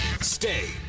Stay